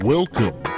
Welcome